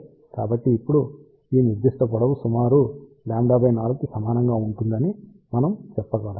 కాబట్టి ఇప్పుడు ఈ నిర్దిష్ట పొడవు సుమారు λ4 కి సమానంగా ఉంటుందని మనము అని చెప్పగలం